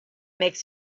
makes